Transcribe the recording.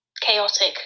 chaotic